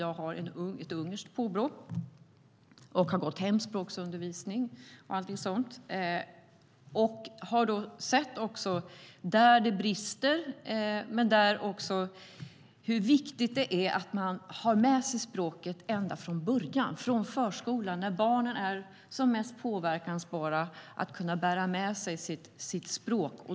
Jag har ett ungerskt påbrå och har gått hemspråksundervisning och allting sådant. Jag har sett där det brister men också hur viktigt det är att man har med sig språket ända från början från förskolan när barnen är som mest påverkansbara att kunna bära med sig sitt språk.